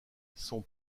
son